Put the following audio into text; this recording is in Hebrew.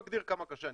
הוא מגדיר כמה קשה.